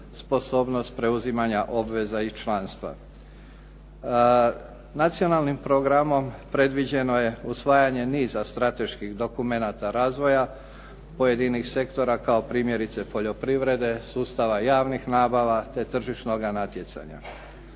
sposobnost preuzimanja obveza i članstva. Nacionalnim programom predviđeno je usvajanje niza strateških dokumenata razvoja, pojedinih sektora kao primjerice poljoprivrede, sustava javnih nabava te tržišnoga natjecanja.